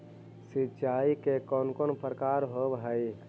सिंचाई के कौन कौन प्रकार होव हइ?